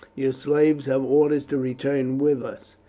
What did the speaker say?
your slaves have orders to return with us.